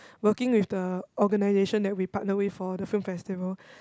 working with the organization that we partner with for the few festival